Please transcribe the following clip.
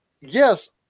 yes